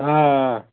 آ